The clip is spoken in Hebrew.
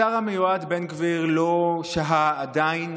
השר המיועד בן גביר לא שהה עדיין